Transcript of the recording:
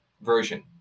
version